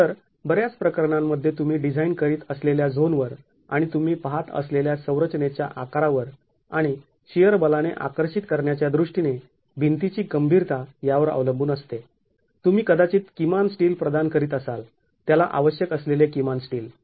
तर बऱ्याच प्रकरणांमध्ये तुम्ही डिझाईन करीत असलेल्या झोनवर आणि तुम्ही पाहत असलेल्या संरचनेच्या आकारावर आणि शिअर बलाने आकर्षित करण्याच्या दृष्टीने भिंतीची गंभीरता यावर अवलंबून असते तुम्ही कदाचित किमान स्टील प्रदान करीत असाल त्याला आवश्यक असलेले किमान स्टील